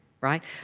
right